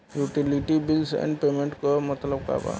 Utility bills and payments क मतलब का बा?